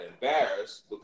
embarrassed